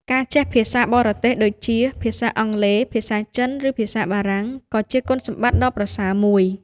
ការចេះភាសាបរទេសដូចជា ភាសាអង់គ្លេស ភាសាចិន ឬភាសាបារាំង ក៏ជាគុណសម្បត្តិដ៏ប្រសើរមួយ។